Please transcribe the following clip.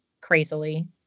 crazily